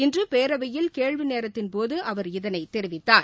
இன்று பேரவையில் கேள்வி நேரத்தின்போது அவர் இதனை தெரிவித்தார்